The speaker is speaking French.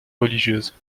religieuses